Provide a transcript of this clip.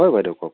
হয় বাইদেউ কওক